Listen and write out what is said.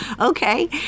okay